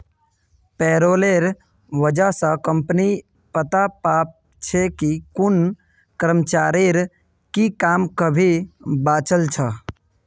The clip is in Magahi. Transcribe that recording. पेरोलेर वजह स कम्पनी पता पा छे कि कुन कर्मचारीर की काम अभी बचाल छ